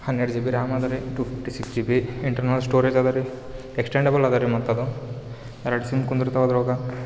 ಹನ್ನೆರಡು G B RAM ಅದ ರೀ two fifty six G B internal storage ಅದ ರೀ ಎಕ್ಸ್ಟೆಂಡೇಬಲ್ ಅದ ರೀ ಮತ್ತು ಅದು ಎರಡು ಸಿಮ್ ಕುಂದುರ್ತಾವೆ ಅದ್ರೊಳಗೆ